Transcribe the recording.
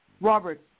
Robert